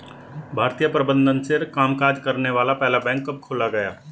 भारतीय प्रबंधन से कामकाज करने वाला पहला बैंक कब खोला गया?